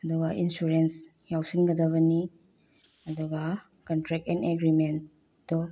ꯑꯗꯨꯒ ꯏꯟꯁꯨꯔꯦꯟꯁ ꯌꯥꯎꯁꯤꯟꯒꯗꯕꯅꯤ ꯑꯗꯨꯒ ꯀꯟꯇ꯭ꯔꯦꯛ ꯑꯦꯟ ꯑꯦꯒ꯭ꯔꯤꯃꯦꯟꯗꯣ